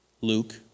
Luke